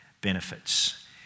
benefits